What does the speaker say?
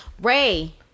Ray